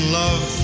love